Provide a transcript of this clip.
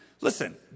listen